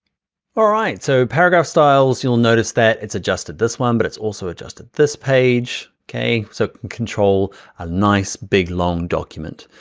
all right, so paragraph styles you'll notice that it's adjusted, this one, but it's also adjusted this page. okay, so control a nice big, long document.